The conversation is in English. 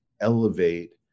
elevate